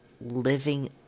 living